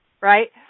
right